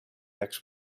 next